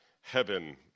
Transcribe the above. Heaven